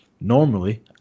normally